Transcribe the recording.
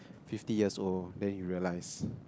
fifty years old then he realises